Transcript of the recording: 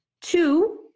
Two